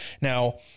Now